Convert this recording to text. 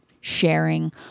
sharing